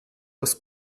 aus